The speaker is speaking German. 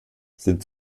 sind